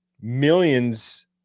millions